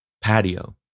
patio